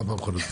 ארבע מכונות.